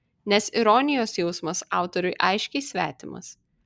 nes ironijos jausmas autoriui aiškiai svetimas